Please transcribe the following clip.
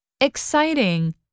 Exciting